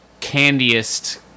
candiest